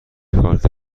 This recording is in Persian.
کارت